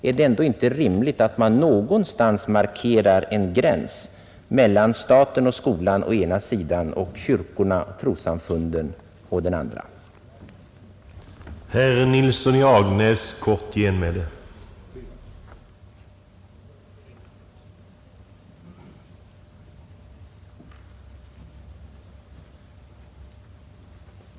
Är det inte rimligt att man någonstans markerar en gräns mellan staten och skolan å ena sidan och kyrkorna och trossamfunden å andra sidan?